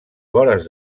vores